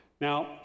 Now